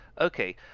Okay